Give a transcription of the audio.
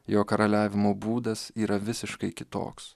jo karaliavimo būdas yra visiškai kitoks